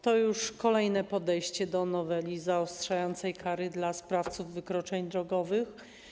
To już kolejne podejście do noweli zaostrzającej kary dla sprawców wykroczeń drogowych.